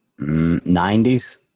90s